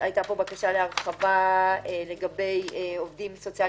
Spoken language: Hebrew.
הייתה פה בקשה להרחבה לגבי עובדים סוציאליים,